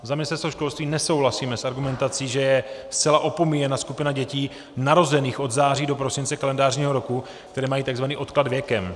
Za Ministerstvo školství nesouhlasíme s argumentací, že je zcela opomíjena skupina dětí narozených od září do prosince kalendářního roku, které mají takzvaný odklad věkem.